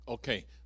Okay